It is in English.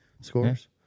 scores